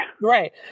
right